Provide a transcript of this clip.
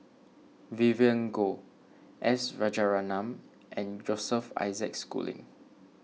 Vivien Goh S Rajaratnam and Joseph Isaac Schooling